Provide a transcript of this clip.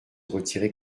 retirer